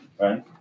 right